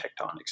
tectonics